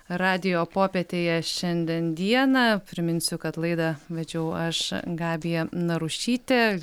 radijo popietėje šiandien dieną priminsiu kad laidą vedžiau aš gabija narušytė